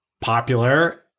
popular